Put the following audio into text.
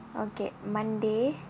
okay monday